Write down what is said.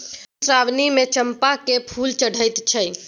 मधुश्रावणीमे चंपाक फूल चढ़ैत छै